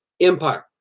empire